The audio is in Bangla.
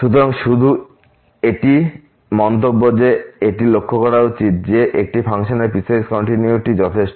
সুতরাং শুধু একটি মন্তব্য যে এটি লক্ষ্য করা উচিত যে একটি ফাংশনের পিসওয়াইস কন্টিনিউয়িটি যথেষ্ট